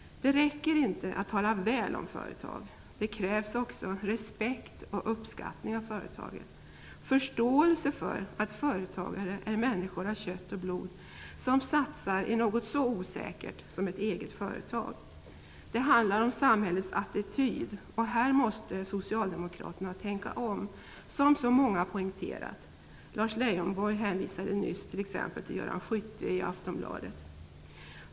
Det räcker inte att tala väl om företag. Det krävs också respekt och uppskattning av företagare samt förståelse för att företagarna är människor av kött och blod som satsar i något så osäkert som ett eget företag. Det handlar om samhällets attityd. Här måste socialdemokraterna tänka om - som så många poängterat. Lars Leijonborg hänvisade t.ex. nyss till vad Göran Skytte skrev i Aftonbladet.